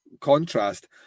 contrast